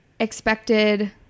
expected